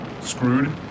screwed